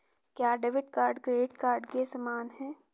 क्या debit card credit card के समान है?